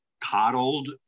coddled